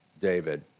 David